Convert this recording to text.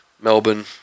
Melbourne